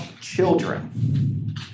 children